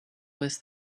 was